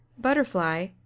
butterfly